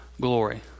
glory